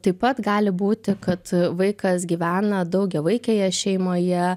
taip pat gali būti kad vaikas gyvena daugiavaikėje šeimoje